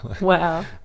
Wow